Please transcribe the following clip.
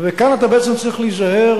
וכאן אתה בעצם צריך להיזהר,